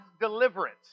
deliverance